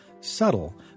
subtle